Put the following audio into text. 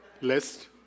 list